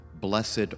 Blessed